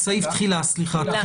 תחילה.